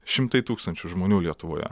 šimtai tūkstančių žmonių lietuvoje